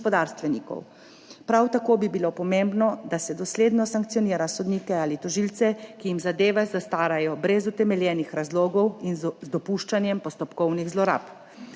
Prav tako bi bilo pomembno, da se dosledno sankcionira sodnike ali tožilce, ki jim zadeve zastarajo brez utemeljenih razlogov in z dopuščanjem postopkovnih zlorab.